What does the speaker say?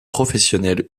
professionnelle